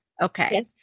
Okay